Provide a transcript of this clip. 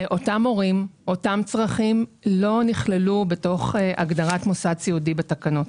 רק שאותם צרכים לא נכללו בתוך הגדרת מוסד סיעודי בתקנות.